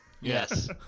yes